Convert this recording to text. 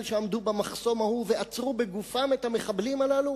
שעמדו במחסום ההוא ועצרו בגופם את המחבלים הללו?